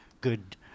good